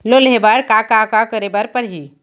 Loan लेहे बर का का का करे बर परहि?